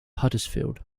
huddersfield